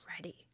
ready